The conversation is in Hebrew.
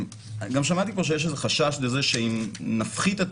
גם שמעתי פה שיש איזה חשש לזה שאם נפחית את